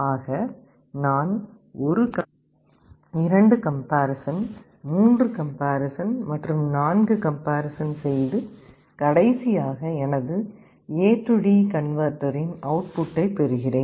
ஆக நான் 1 comparison 2 comparison 3 comparison மற்றும் 4 கம்பேரிசன் செய்து கடைசியாக எனது ஏ|டி AD கன்வெர்ட்டரின் அவுட்புட்டை பெறுகிறேன்